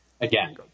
Again